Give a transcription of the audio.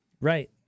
Right